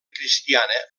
cristiana